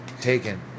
taken